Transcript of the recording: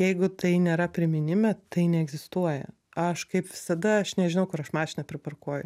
jeigu tai nėra priminime tai neegzistuoja aš kaip visada aš nežinau kur aš mašiną priparkuoju